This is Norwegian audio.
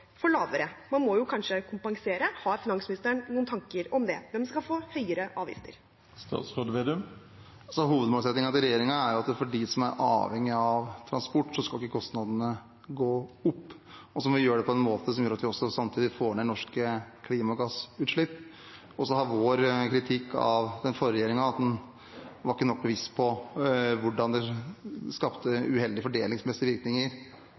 lavere avgifter – for man må jo kanskje kompensere? Har finansministeren noen tanker om det? Hvem skal få høyere avgifter? Hovedmålsettingen til regjeringen er at for dem som er avhengige av transport, skal ikke kostnadene gå opp. Så må vi gjøre det på en måte som gjør at vi også samtidig får ned norske klimagassutslipp. Vår kritikk av den forrige regjeringen gikk ut på at den ikke var bevisst nok på hvordan det skapte uheldige fordelingsmessige virkninger